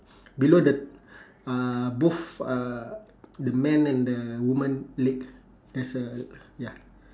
below the uh both uh the man and the woman leg there's a ya